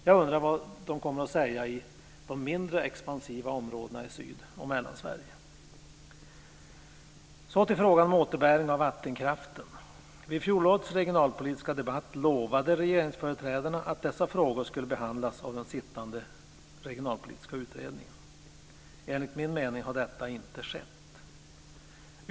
Jag undrar vad man kommer att säga i de mindre expansiva områdena i Syd och Mellansverige. Så till frågan om återbäring av vattenkraften. Vid fjolårets regionalpolitiska debatt lovade regeringsföreträdarna att dessa frågor skulle behandlas av den sittande regionalpolitiska utredningen. Enligt min mening har detta inte skett.